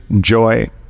joy